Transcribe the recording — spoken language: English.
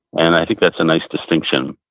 and i think that's a nice distinction.